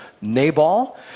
Nabal